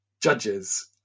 judges